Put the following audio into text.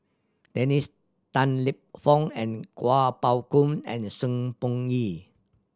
Dennis Tan Lip Fong and Kuo Pao Kun and Sng Choon Yee